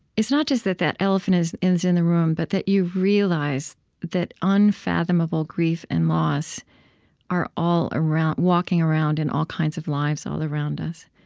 it's not just that the elephant is in is in the room but that you realize that unfathomable grief and loss are all around walking around in all kinds of lives all around us.